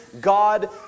God